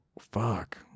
fuck